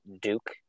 Duke